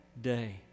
day